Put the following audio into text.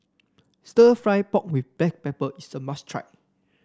stir fry pork with Black Pepper is a must try